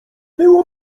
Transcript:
było